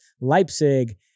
Leipzig